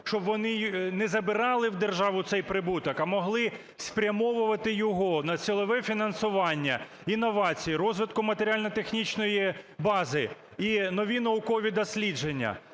щоб вони не забирали в державу цей прибуток, а могли спрямовувати його на цільове фінансування, інновації, розвиток матеріально-технічної бази і нові наукові дослідження.